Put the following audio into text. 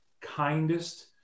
kindest